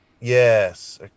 Yes